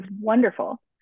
wonderful